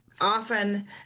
often